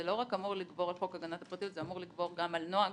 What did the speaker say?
זה אמור לגבור גם על נוהג